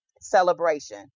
celebration